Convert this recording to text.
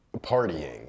partying